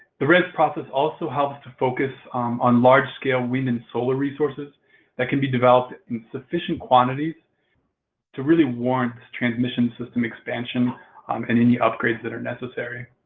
the rez process also helps to focus on large-scale wind and solar resources that can be developed in sufficient quantities to really warrant transmission system expansion um and any upgrades that are necessary.